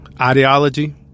ideology